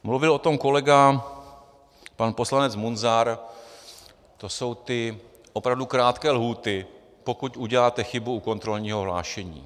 Mluvil o tom kolega pan poslanec Munzar, to jsou ty opravdu krátké lhůty, pokud uděláte chybu u kontrolního hlášení.